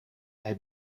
hij